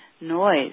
noise